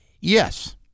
Yes